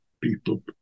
people